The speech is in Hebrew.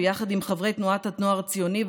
ויחד עם חברי תנועת הנוער הציוני,